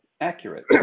accurate